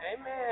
Amen